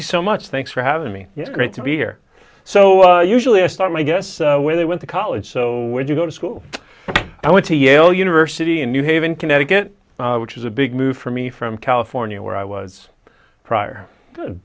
you so much thanks for having me yeah great to be here so usually i start i guess where they went to college so when you go to school i went to yale university in new haven connecticut which is a big move for me from california where i was prior